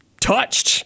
touched